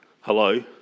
hello